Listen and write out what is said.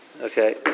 Okay